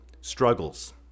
struggles